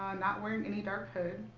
not wearing any dark hood,